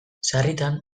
sarritan